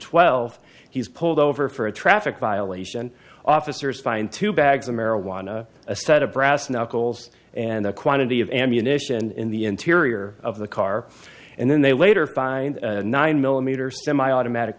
twelve he was pulled over for a traffic violation officers fined two bags of marijuana a set of brass knuckles and the quantity of ammunition in the interior of the car and then they later find nine millimeter semiautomatic